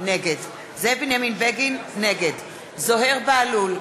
נגד זוהיר בהלול,